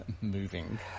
moving